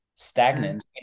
Stagnant